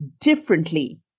differently